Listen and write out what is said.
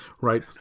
right